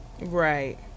right